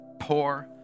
poor